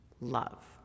love